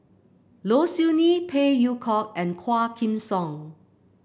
Low Siew Nghee Phey Yew Kok and Quah Kim Song